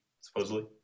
supposedly